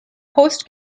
post